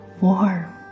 warm